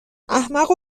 احمق